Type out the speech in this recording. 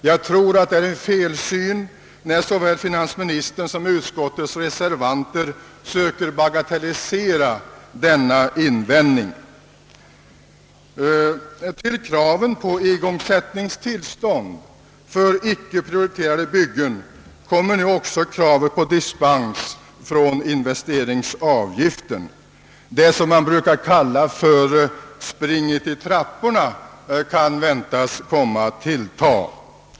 Jag tror det är en felsyn när såväl finansministern som utskottets reservanter söker bagatellisera denna invändning. Till kraven på igångsättningstillstånd på icke prioriterade byggen kommer nu också kraven på dispens från investeringsavgiften. Det som brukar kallas »springet i trapporna» kan väntas komma att tillta.